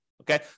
Okay